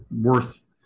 worth